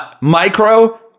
micro